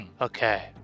Okay